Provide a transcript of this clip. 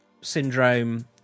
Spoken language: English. syndrome